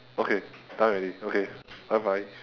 okay done already okay bye bye